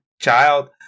child